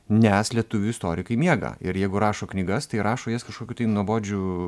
nes lietuvių istorikai miega ir jeigu rašo knygas tai rašo jas kažkokiu tai nuobodžiu